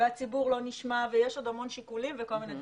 הציבור לא נשמע ויש עוד המון שיקולים וכל מיני דברים.